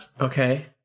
Okay